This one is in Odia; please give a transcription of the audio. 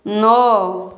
ନଅ